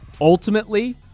Ultimately